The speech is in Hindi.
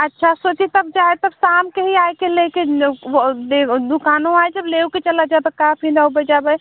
अच्छा सोची तब जाए तब शाम के ही आए के लेकर वह दुकान वा जब लेऊ के चला जाई तो का काफ़ी नौ बजे आबे